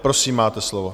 Prosím, máte slovo.